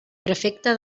prefecte